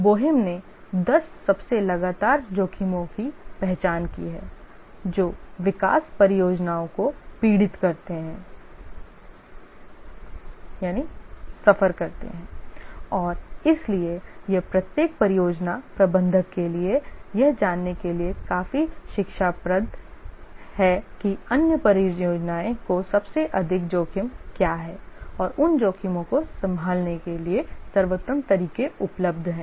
Boheme ने 10 सबसे लगातार जोखिमों की पहचान की है जो विकास परियोजनाओं को पीड़ित करते हैं और इसलिए यह प्रत्येक परियोजना प्रबंधक के लिए यह जानने के लिए काफी शिक्षाप्रद है कि अन्य परियोजनाओं को सबसे अधिक जोखिम क्या हैं और उन जोखिमों को संभालने के लिए सर्वोत्तम तरीके उपलब्ध हैं